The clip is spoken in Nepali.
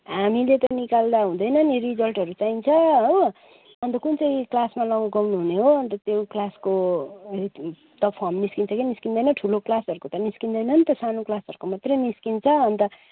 हामीले त निकाल्दा हुँदैन नि रिजल्टहरू चाहिन्छ हो अन्त कुन चाहिँ क्लासमा लगाउनु हुने हो अन्त त्यो क्लासको त फर्म निस्किन्छ कि निस्किँदैन ठुलो क्लासहरूको त निस्किँदैन नि त सानो क्लासहरूको मात्रै निस्किन्छ अन्त